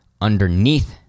underneath